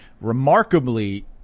remarkably